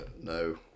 No